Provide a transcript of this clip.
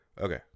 Okay